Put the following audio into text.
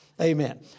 Amen